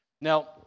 Now